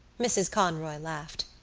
mrs. conroy laughed.